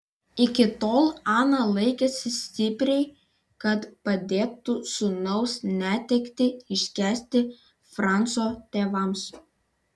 iki tol ana laikėsi stipriai kad padėtų sūnaus netektį iškęsti franco tėvams